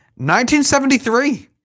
1973